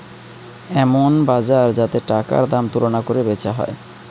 এমন বাজার যাতে টাকার দাম তুলনা কোরে বেচা হয়